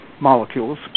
molecules